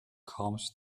comes